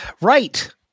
Right